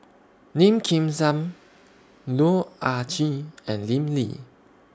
Lim Kim San Loh Ah Chee and Lim Lee